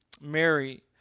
Mary